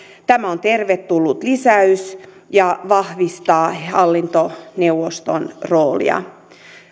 tämä on tervetullut lisäys ja vahvistaa hallintoneuvoston roolia